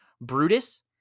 Brutus